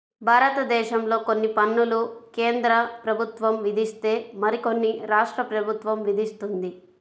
భారతదేశంలో కొన్ని పన్నులు కేంద్ర ప్రభుత్వం విధిస్తే మరికొన్ని రాష్ట్ర ప్రభుత్వం విధిస్తుంది